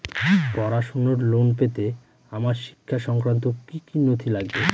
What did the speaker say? পড়াশুনোর লোন পেতে আমার শিক্ষা সংক্রান্ত কি কি নথি লাগবে?